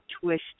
twist